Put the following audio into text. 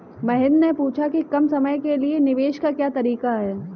महेन्द्र ने पूछा कि कम समय के लिए निवेश का क्या तरीका है?